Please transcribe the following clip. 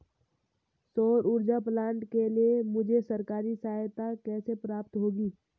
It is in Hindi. सौर ऊर्जा प्लांट के लिए मुझे सरकारी सहायता कैसे प्राप्त होगी?